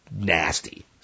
nasty